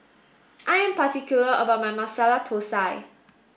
I am particular about my Masala Thosai